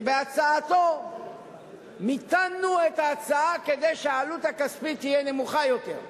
שבהצעתו מיתנו את ההצעה כדי שהעלות הכספית תהיה נמוכה יותר.